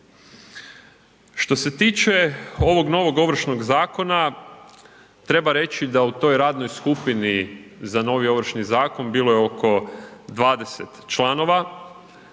Što se tiče ovog novog Ovršnog zakona, treba reći da u toj radnoj skupini za novi Ovršni zakon, bilo je oko 20 članova,